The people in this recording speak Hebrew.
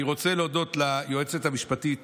אני רוצה להודות ליועצת המשפטית